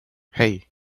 hey